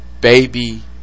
baby